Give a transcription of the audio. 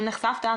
אם נחשפת,